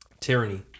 Tyranny